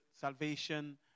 salvation